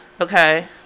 okay